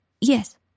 Yes